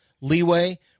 leeway